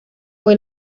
fue